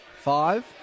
Five